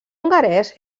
hongarès